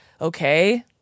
okay